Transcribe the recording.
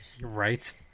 Right